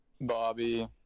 Bobby